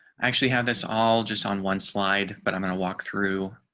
actually have this all just on one slide. but i'm going to walk through